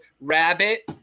rabbit